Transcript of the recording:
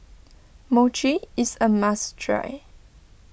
Mochi is a must try